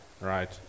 right